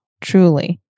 truly